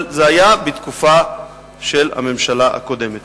אבל זה היה בתקופה של הממשלה הקודמת.